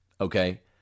okay